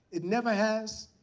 it never has,